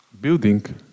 building